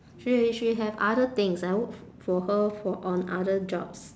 she she have other things I work for her for on other jobs